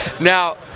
Now